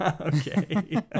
Okay